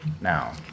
now